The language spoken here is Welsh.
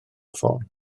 ffôn